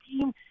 team –